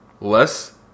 Less